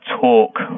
talk